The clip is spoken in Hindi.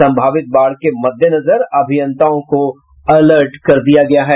संभावित बाढ़ के मद्देनजर अभियंताओं को अलर्ट किया गया है